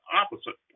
opposite